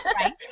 right